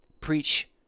preach